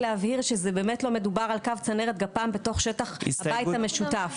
להבהיר שבאמת לא מדובר על קו צנרת גפ"מ בתוך שטח הבית המשותף.